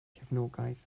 cefnogaeth